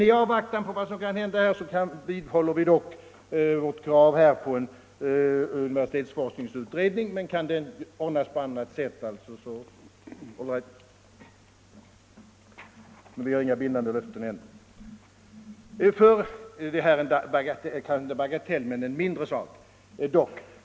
I avvaktan på vad som kan hända vidhåller vi dock vårt krav på en universitetsforskningsutredning, men kan den ordnas på annat sätt, säger vi all right. Vi har emellertid inte fått några bindande löften än. Detta är om än inte en bagatell så dock en mindre sak.